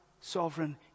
sovereign